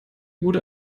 gute